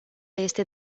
este